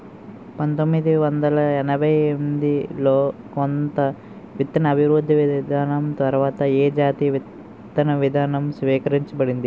పంతోమ్మిది వందల ఎనభై ఎనిమిది లో కొత్త విత్తన అభివృద్ధి విధానం తర్వాత ఏ జాతీయ విత్తన విధానం స్వీకరించబడింది?